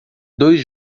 dois